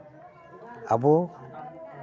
ᱟᱵᱚ